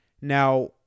Now